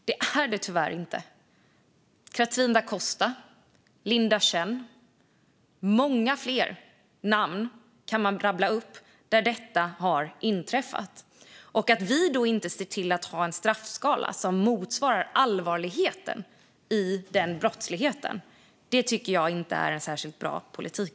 Catrine da Costa, Linda Chen - man kan rabbla upp många fler namn i fall där detta har inträffat. Att vi inte ser till att ha en straffskala som motsvarar allvarligheten i den brottsligheten tycker jag inte är en särskilt bra politik.